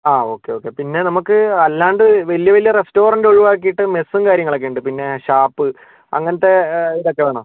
ആ okay okay പിന്നെ നമുക്ക് അല്ലാണ്ട് വലിയ വലിയ റെസ്റ്റോറൻറ് ഒഴിവാക്കിയിട്ട് മെസ്സും കാര്യങ്ങളൊക്കെയുണ്ട് പിന്നെ ഷാപ്പ് അങ്ങനത്തെ ഇതൊക്കെ വേണോ